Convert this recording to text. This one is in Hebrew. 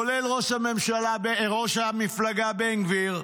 כולל ראש המפלגה בן גביר,